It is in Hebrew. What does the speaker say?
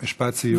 משפט סיום.